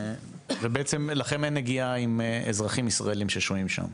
ובעצם לכם אין גישה לאזרחים ישראלים ששוהים שם?